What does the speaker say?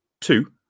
two